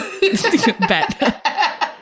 Bet